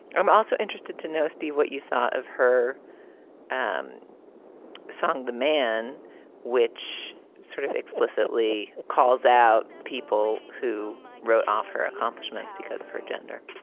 i'm also interested to know steve what you thought of her um song the man which sort of explicitly calls out people who wrote off her accomplishments because of her gender.